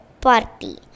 party